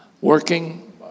working